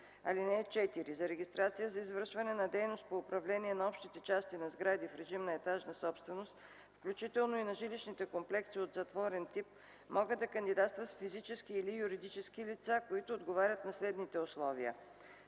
(4) За регистрация за извършване на дейност по управление на общите части на сгради в режим на етажна собственост, включително и на жилищните комплекси от затворен тип, могат да кандидатстват физически и/или юридически лица, които отговарят на следните условия: